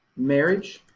marriage.